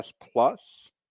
plus